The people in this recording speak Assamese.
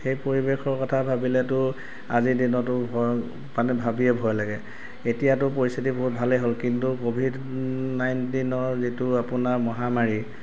সেই পৰিৱেশৰ কথা ভাবিলেতো আজিৰ দিনতো ভয় মানে ভাবিয়ে ভয় লাগে এতিয়াতো পৰিস্থিতি বহুত ভালে হ'ল কিন্তু ক'ভিড নাইণ্টিনৰ যিটো আপোনাৰ মহামাৰী